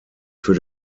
für